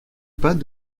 pas